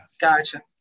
Gotcha